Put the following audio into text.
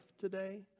today